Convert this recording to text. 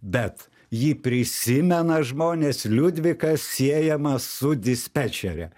bet jį prisimena žmonės liudvikas siejamas su dispečere